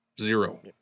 Zero